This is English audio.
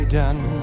done